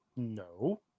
No